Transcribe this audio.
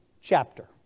chapter